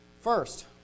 First